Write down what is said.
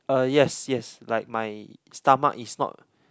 uh yes yes like my stomach is not